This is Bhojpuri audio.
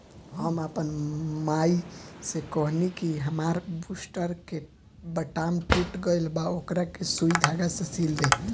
हम आपन माई से कहनी कि हामार बूस्टर के बटाम टूट गइल बा ओकरा के सुई धागा से सिल दे